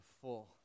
full